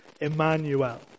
Emmanuel